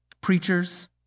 Preachers